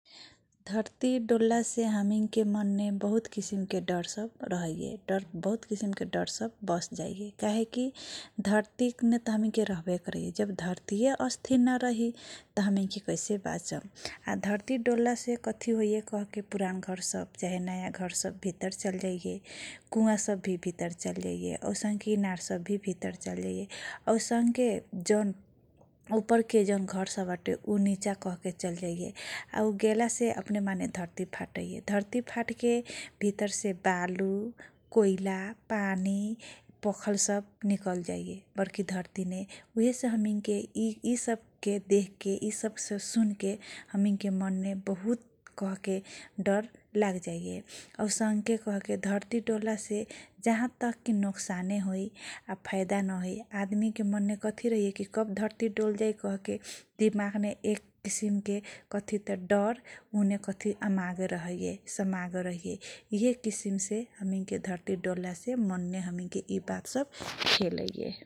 धर्ती डोल्लासे हमीनके मनने बहुत किसिमके डर सब बसजाइए काहेकि धर्तीमे हमीनके रहबे करैछि । धर्तीए अस्तिर नरही तँ हमैनके कैसे बाचम, आ धर्ती डोल्लासे कथी होइए कहके पुराण घर सब चाहे नयाँ घरसब भित्रर चल जाइए, कुवा सब भि भित्रर चल जाइए, औसनके इनारसब भि भित्रर चलजाइए । औसनके उपरके घरसब बाटे, ऊ सब भि निच्चा कहके चल जाइए आ ऊ गेल्लासे अपने माने धर्ती फाटैए । धर्ती फाटके भित्ररसे बालु, कोइला, पानी, पखल सब निकलैए, बर्की धर्ती ने यिहेसे हमीनके यि सब के देखके, यि सब सुन्नके हमीनके मनने बहुत कहके डर लागजाइए । औसनके कहके धर्ती डोल्लासे जहाँ तक कि नोक्साने हि होइए आ फैदा नहोइ, आदमीके मने कथी कब धर्ती डालजाइ, दिमाकने एक किसिमके डर उन्ने त अम्मागेल रहैए, सम्मागेल रहैए, एक किसिमसे हमीनके धर्ती डोल्लासे मनने हमीने यि बात सब खेलैइए ।